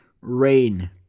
rain